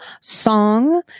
song